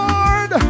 Lord